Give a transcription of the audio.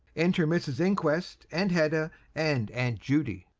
enter mrs inquest and hedda and aunt judy